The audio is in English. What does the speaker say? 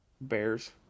bears